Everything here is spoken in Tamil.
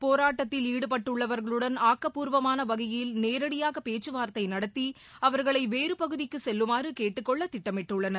போராட்டத்தில் ஈடுபட்டுள்ளவர்களுடன் ஆக்கப்பூர்வமானவகையில் நேரடியாகபேச்சுவார்த்தைநடத்தி அவர்களைவேறுபகுதிக்குசெல்லுமாறகேட்டுக் கொள்ளதிட்டமிட்டுள்ளனர்